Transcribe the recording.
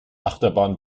achterbahn